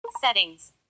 Settings